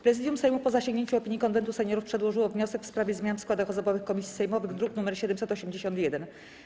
Prezydium Sejmu, po zasięgnięciu opinii Konwentu Seniorów, przedłożyło wniosek w sprawie zmian w składach osobowych komisji sejmowych, druk nr 781.